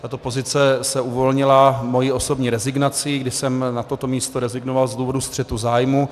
Tato pozice se uvolnila mou osobní rezignací, kdy jsem na toto místo rezignoval z důvodu střetu zájmů.